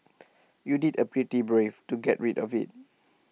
you did A pretty brave to get rid of IT